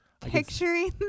picturing